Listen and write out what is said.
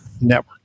network